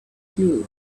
clue